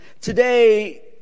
Today